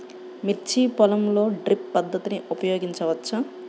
మిర్చి పొలంలో డ్రిప్ పద్ధతిని ఉపయోగించవచ్చా?